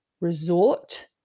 resort